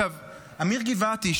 אמיר גבעתי,